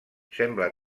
sembla